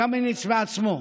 לקמיניץ בעצמו,